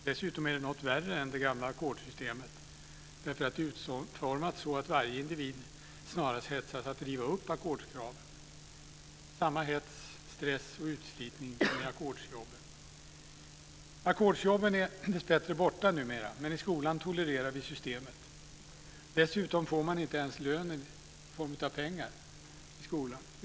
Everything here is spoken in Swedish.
Dessutom är det något värre än det gamla ackordssystemet därför att det är utformat så att varje individ snarare hetsas att driva upp ackordskraven - samma hets, stress och utslitning som i ackordsjobben. Ackordsjobben är dessbättre borta numera. Men i skolan tolererar vi systemet. Dessutom får man inte ens lön i form av pengar i skolan.